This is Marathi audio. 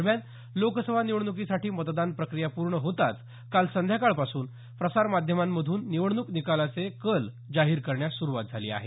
दरम्यान लोकसभा निवडणुकीसाठी मतदान प्रक्रिया पूर्ण होताच काल सायंकाळपासून प्रसारमाध्यमांमधून निवडणूक निकालाचे कल जाहीर करण्यास सुरुवात झाली आहे